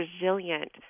resilient